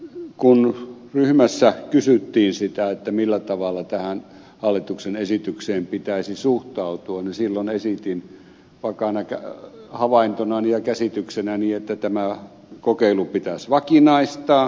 kun ryhmässä kysyttiin millä tavalla tähän hallituksen esitykseen pitäisi suhtautua niin silloin esitin vakaana havaintonani ja käsityksenäni että tämä kokeilu pitäisi vakinaistaa